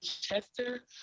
Chester